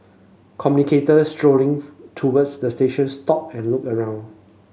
commutators strolling towards the station stopped and looked around